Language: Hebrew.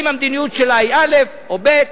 האם המדיניות שלה היא א' או ב'.